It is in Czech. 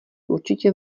určitě